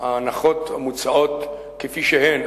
ההנחות המוצעות כפי שהן.